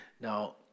now